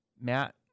Matt